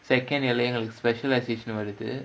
second year leh எங்களுக்கு:engalukku specialisation வருது:varuthu